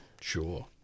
Sure